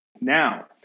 now